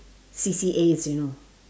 C_C_As you know